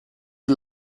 die